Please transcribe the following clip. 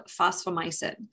phosphomycin